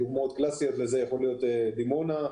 כך בדימונה,